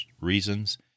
reasons